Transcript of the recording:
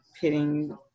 pitting